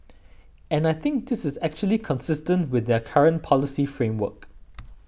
and I think this is actually consistent with their current policy framework